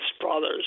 brothers